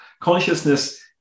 consciousness